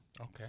Okay